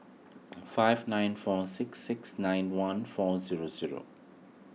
five nine four six six nine one four zero zero